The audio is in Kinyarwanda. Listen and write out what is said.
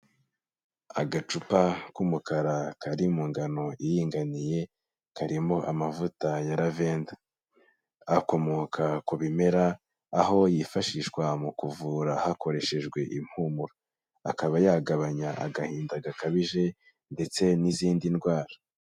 Agacupa k'umukara kari mu ngano iringaniye karimo amavuta ya lavenda, akomoka ku bimera aho yifashishwa mu kuvura hakoreshejwe impumuro, akaba yagabanya agahinda gakabije ndetse n'izindi ndwara.